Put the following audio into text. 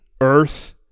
earth